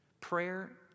prayer